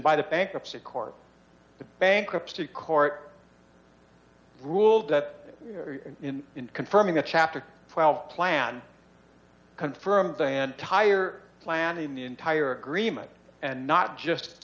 by the bankruptcy court the bankruptcy court ruled that in confirming a chapter twelve plan confirms the entire plan in the entire agreement and not just